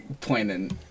planning